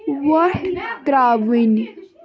وۄٹھ ترٛاوٕنۍ